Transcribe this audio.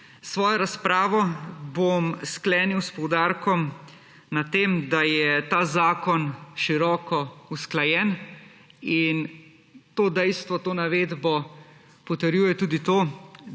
Svojo razpravo bom sklenil s poudarkom na tem, da je ta zakon široko usklajen. To dejstvo, to navedbo potrjuje tudi to,